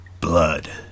blood